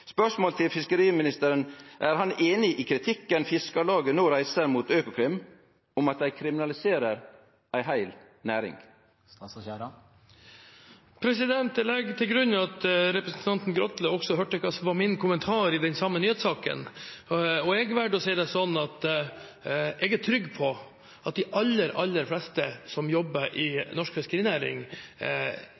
til fiskeriministeren er: Er han einig i kritikken Fiskarlaget no reiser mot Økokrim, om at dei kriminaliserer ei heil næring? Jeg legger til grunn at representanten Grotle også hørte min kommentar i den samme nyhetssaken. Jeg valgte å si det sånn at jeg er trygg på at de aller, aller fleste som jobber i norsk fiskerinæring,